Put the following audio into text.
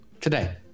Today